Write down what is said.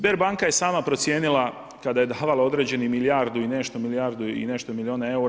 SBER banka je sama procijenila kada je davala određeni milijardu i nešto, milijardu i nešto milijuna eura.